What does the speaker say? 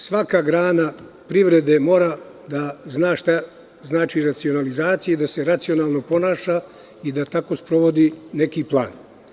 Svaka grana privrede mora da zna šta znači racionalizacija, da se racionalno ponaša i da tako sprovodi neki plan.